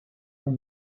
from